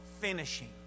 finishing